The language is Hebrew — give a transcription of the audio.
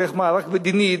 דרך מאבק מדיני,